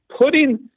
Putting